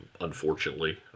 unfortunately